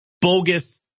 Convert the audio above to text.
bogus